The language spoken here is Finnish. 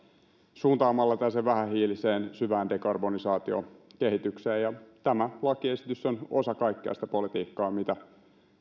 suuntaamalla tällaiseen vähähiiliseen syvään dekarbonisaatiokehitykseen tämä lakiesitys on osa kaikkea sitä politiikkaa mitä